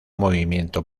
movimiento